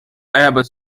abbas